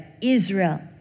Israel